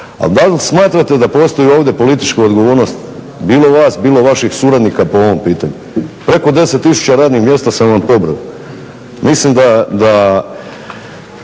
Ali da li smatrate da postoji i ovdje politička odgovornost bilo vas, bilo vaših suradnika po ovom pitanju. Preko 10 tisuća radnih mjesta sam vam pobrojao. Mislim da